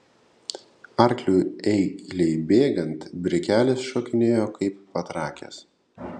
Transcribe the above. arkliui eikliai bėgant brikelis šokinėjo kaip patrakęs